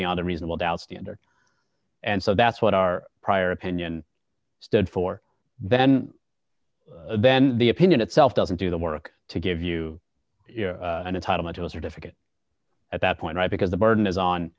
beyond a reasonable doubt standard and so that's what our prior opinion stood for then then the opinion itself doesn't do the work to give you an entitlement to a certificate at that point because the burden is on